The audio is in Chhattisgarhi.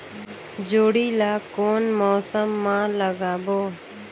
जोणी ला कोन मौसम मा लगाबो?